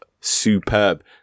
Superb